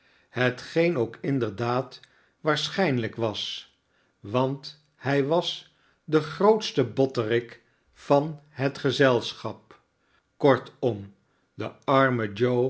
hetgeen ook inderdaad waarschijnlijk was want hij was de grootste botterik van het gezelschap kortom de arme joe